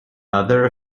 other